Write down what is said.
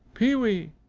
pee-wee!